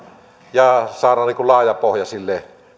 ja saada niin kuin laaja pohja sille